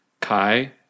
Kai